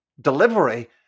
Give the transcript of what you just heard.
delivery